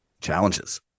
challenges